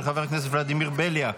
של חבר הכנסת ולדימיר בליאק.